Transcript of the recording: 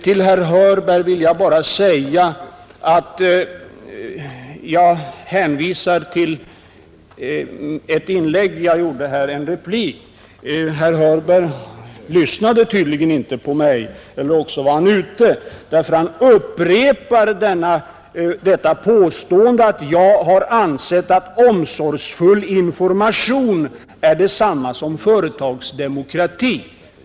Beträffande herr Hörberg vill jag hänvisa till en tidigare replik. Herr Hörberg lyssnade tydligen inte på mig eller också var han ute ur kammaren, eftersom han upprepar detta påstående att jag har ansett att omsorgsfull information är detsamma som företagsdemokrati.